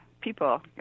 people